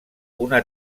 una